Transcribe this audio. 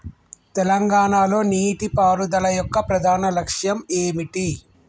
తెలంగాణ లో నీటిపారుదల యొక్క ప్రధాన లక్ష్యం ఏమిటి?